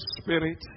spirit